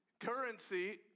currency